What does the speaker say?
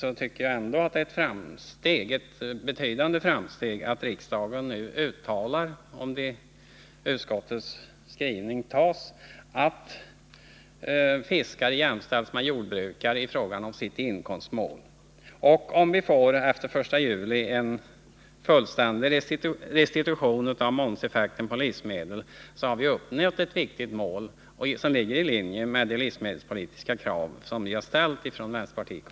Jag tycker ändå att det är ett betydande framsteg att riksdagen nu uttalar —om utskottets skrivning antas — att målet för prispolitiken bör vara att fiskare jämställs med jordbrukare. Om vi efter den 1 juli får en fullständig restitution av momseffekten på livsmedel har vi uppnått ett viktigt mål som ligger i linje med det livsmedelspolitiska krav som vi har ställt från vpk.